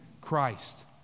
Christ